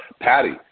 Patty